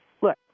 look